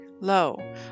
Lo